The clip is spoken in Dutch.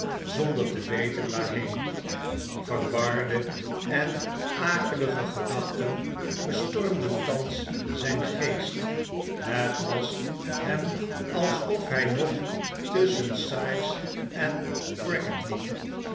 zonder te weten waarheen verwarde en akelige gedachten bestormden thans zijn geest het was hem alsof hij nog tusschen sikes en crackit